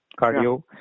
cardio